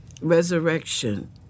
resurrection